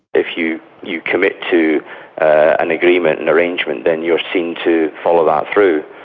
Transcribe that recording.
if you you commit to an agreement, an arrangement, then you're seen to follow that through,